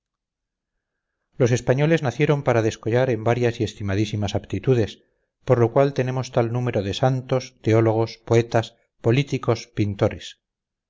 los españoles nacieron para descollar en varias y estimadísimas aptitudes por lo cual tenemos tal número de santos teólogos poetas políticos pintores